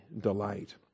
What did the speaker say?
delight